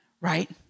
right